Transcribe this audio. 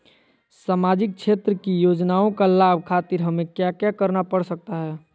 सामाजिक क्षेत्र की योजनाओं का लाभ खातिर हमें क्या क्या करना पड़ सकता है?